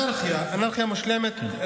אנרכיה מושלמת.